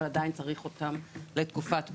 ועדיין צריך אותם לתקופת ביניים.